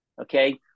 Okay